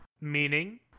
Meaning